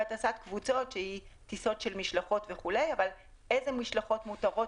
והטסת קבוצות שהן טיסות של משלחות וכולי אבל איזה משלחות מותרות